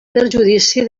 perjudici